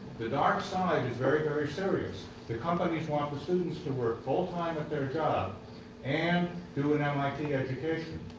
the dark side is very, very serious. the companies want the students to work full time at their job and do an mit education.